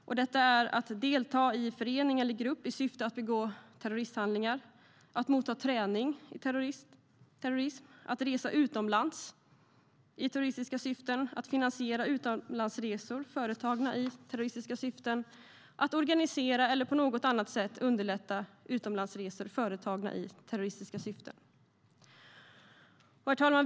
Dessa aktiviteter är att delta i en förening eller grupp i syfte att begå terroristiska handlingar, att motta träning i terrorism, att resa utomlands i terroristiska syften, att finansiera utlandsresor företagna i terroristiska syften och att organisera eller på annat sätt underlätta utlandsresor företagna i terroristiska syften. Herr talman!